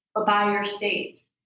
ah by your states.